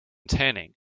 tanning